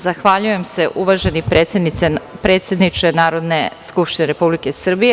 Zahvaljujem se uvaženi predsedniče Narodne skupštine Republike Srbije.